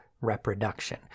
reproduction